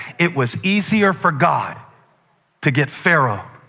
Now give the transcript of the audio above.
it was easier for god to get pharaoh